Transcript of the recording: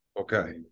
okay